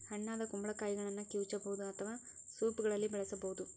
ಹಣ್ಣಾದ ಕುಂಬಳಕಾಯಿಗಳನ್ನ ಕಿವುಚಬಹುದು ಅಥವಾ ಸೂಪ್ಗಳಲ್ಲಿ ಬಳಸಬೋದು